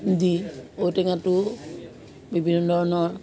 দি ঔটেঙাটো বিভিন্ন ধৰণৰ